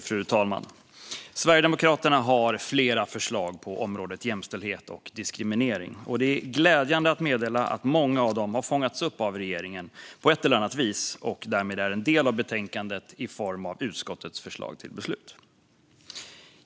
Fru talman! Sverigedemokraterna har flera förslag på området jämställdhet och diskriminering. Det är glädjande att kunna meddela att många av dem har fångats upp av regeringen på ett eller annat vis och att de därmed är en del av betänkandet i form av utskottets förslag till beslut.